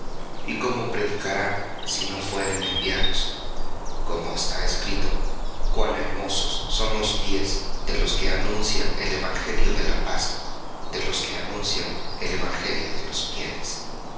y cómo predicarán si no fueren enviados como está escrito cuán hermosos son los pies de los que anuncian el evangelio de la paz de los que anuncian el evangelio de los bienes